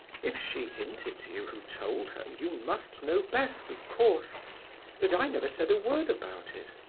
if she hinted to you who told her you must know best, of course but i never said a word about it.